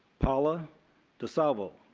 paula desalvo,